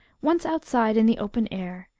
once outside in the open air,